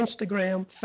Instagram